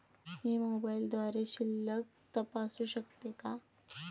मी मोबाइलद्वारे शिल्लक तपासू शकते का?